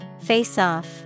Face-off